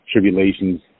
tribulations